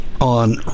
on